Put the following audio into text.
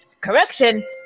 Correction